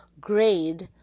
grade